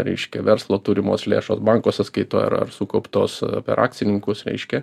reiškia verslo turimos lėšos banko sąskaitoj ar ar sukauptos per akcininkus reiškia